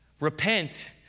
repent